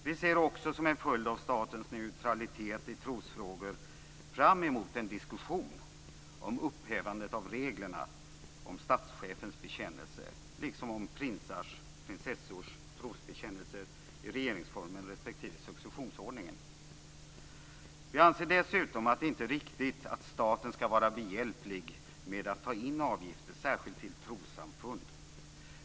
Vi ser också som en följd av statens neutralitet i trosfrågor fram emot en diskussion om upphävandet av reglerna om statschefens bekännelse, liksom om prinsars och prinsessors trosbekännelse i regeringsformen respektive successionsordningen. Vi anser dessutom att det inte är riktigt att staten skall vara behjälplig med att ta in avgifter, särskilt till trossamfund.